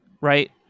Right